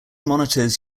monitors